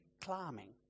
climbing